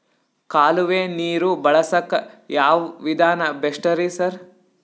ಕಾಲುವೆ ನೀರು ಬಳಸಕ್ಕ್ ಯಾವ್ ವಿಧಾನ ಬೆಸ್ಟ್ ರಿ ಸರ್?